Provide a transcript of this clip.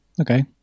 Okay